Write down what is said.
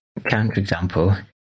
counterexample